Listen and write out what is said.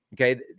Okay